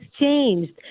changed